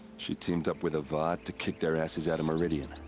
she teamed up with avad to kick their asses out of meridian.